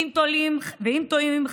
ואם טועים,